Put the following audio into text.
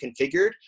configured